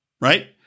Right